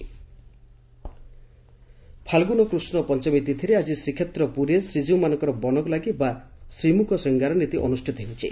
ବନକ ଲାଗି ଫାଲଗୁନ କୃଷ୍ ପଞ୍ଚମୀ ତିଥିରେ ଆଜି ଶ୍ରୀକ୍ଷେତ୍ର ପୁରୀରେ ଶ୍ରୀଜୀଉମାନଙ୍କର ବନକ ଲାଗି ବା ଶ୍ରୀମୁଖ ସିଙ୍ଗାର ନୀତି ଅନୁଷ୍ତିତ ହେଉଛି